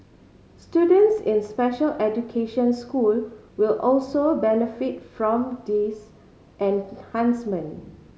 students in special education school will also benefit from these enhancement